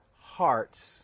hearts